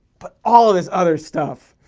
but all of this other stuff!